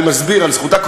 ואני מסביר על זכותה,